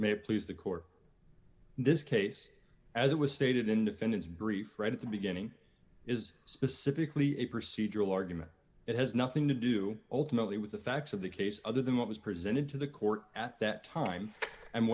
it please the court in this case as it was stated in defendant's brief right at the beginning is specifically a procedural argument it has nothing to do ultimately with the facts of the case other than what was presented to the court at that time and